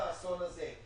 עכשיו האסון הזה.